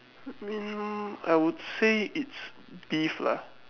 me I would say it's beef lah